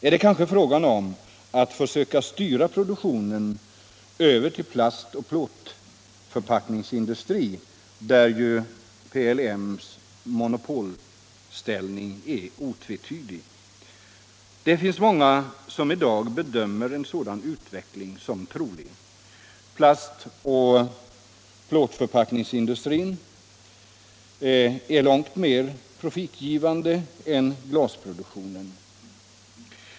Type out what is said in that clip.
Är det kanske fråga om att försöka styra produktionen över till plastoch plåtförpackningsindustrin där PLM:s monopolställning är otvetydig? Det finns många som i dag bedömer en sådan utveckling som trolig. Plastoch plåtförpackningsindustrin är långt mer profitgivande än glasproduktion.